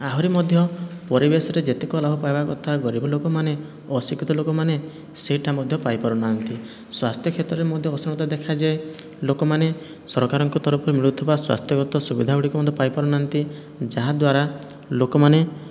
ଆହୁରି ମଧ୍ୟ ପରିବେଶରେ ଯେତେକ ଲାଭ ପାଇବା କଥା ଗରିବମାନେ ଲୋକମାନେ ଅଶିକ୍ଷିତ ଲୋକମାନେ ସେଇଟା ମଧ୍ୟ ପାଇପାରୁନାହାନ୍ତି ସ୍ୱାସ୍ଥ୍ୟ କ୍ଷେତ୍ରରେ ମଧ୍ୟ ଅସମତା ଦେଖାଯାଏ ଲୋକମାନେ ସରକାରଙ୍କ ତରଫରୁ ମିଳୁଥିବା ସ୍ଵାସ୍ଥ୍ୟଗତ ସୁବିଧାଗୁଡ଼ିକ ମଧ୍ୟ ପାଇ ପାରୁନାହାନ୍ତି ଯାହା ଦ୍ୱାରା ଲୋକମାନେ